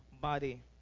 body